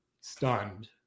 stunned